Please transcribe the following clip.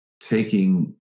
taking